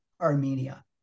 Armenia